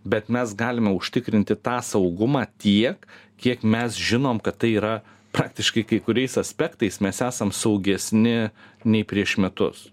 bet mes galime užtikrinti tą saugumą tiek kiek mes žinom kad tai yra praktiškai kai kuriais aspektais mes esam saugesni nei prieš metus